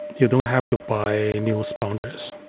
you don't have to buy new sponges.